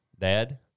dad